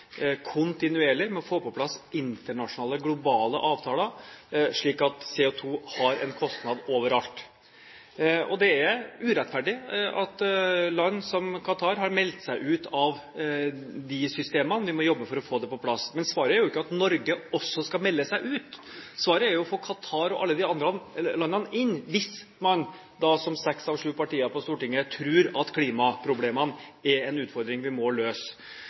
kontinuerlig med å få på plass internasjonale, globale, avtaler, slik at CO2 har en kostnad overalt. Det er urettferdig at land som Qatar har meldt seg ut av de systemene, og vi må jobbe for å få det på plass. Men svaret er jo ikke at Norge også skal melde seg ut. Svaret er jo å få Qatar og alle de andre landene inn, hvis man da, som seks av sju partier på Stortinget tror, tror at klimaproblemene er en utfordring vi må løse.